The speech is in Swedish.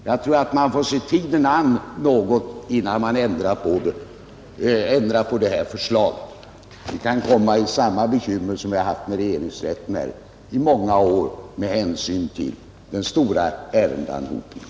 Jag tror man får se tiden an något innan man ändrar på detta förslag. Vi kan få samma bekymmer som vi haft beträffande regeringsrätten i många år med anledning av den stora ärendeanhopningen.